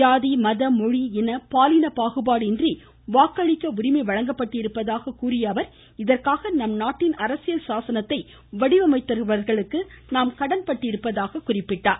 சாதி மத மொழி இன பாலினபாகுபாடு இன்றி வாக்களிக்க உரிமை வழங்கப்பட்டிருப்பதாக கூறிய அவர் இதற்காக நம் நாட்டின் அரசியல் சாசனத்தை வடிவமைத்தவர்களுக்கு நாம் கடன்பட்டிருப்பதாக குறிப்பிட்டார்